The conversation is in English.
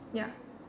ya